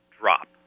drop